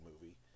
movie